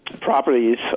properties